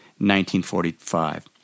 1945